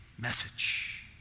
message